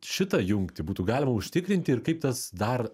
šitą jungtį būtų galima užtikrinti ir kaip tas dar